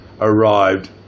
arrived